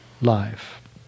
life